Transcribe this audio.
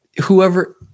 whoever